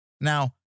Now